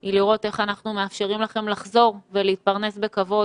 היא לראות איך אנחנו מאפשרים לכם לחזור ולהתפרנס בכבוד,